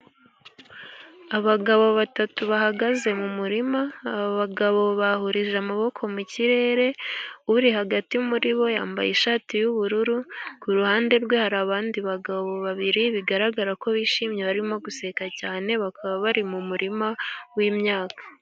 Abagabo batatu bahagaze mu murima, aba bagabo bahurije amaboko mu kirere, uri hagati muri bo yambaye ishati y'ubururu, ku ruhande rwe hari abandi bagabo babiri, bigaragara ko bishimye, barimo guseka cyane, bakaba bari mu murima w'imyaka.